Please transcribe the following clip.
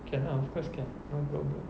can lah of course can no problem